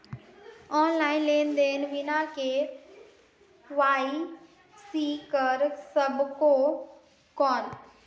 Online लेनदेन बिना KYC कर सकबो कौन??